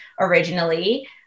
originally